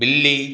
बिल्ली